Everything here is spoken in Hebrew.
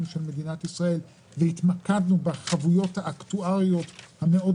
של מדינת ישראל והתמקדנו בחבויות האקטואריות המאוד